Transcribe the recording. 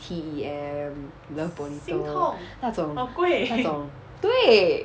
T_E_M love bonito 那种那种对